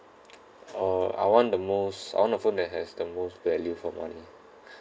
uh I want the most I want the phone that has the most value for money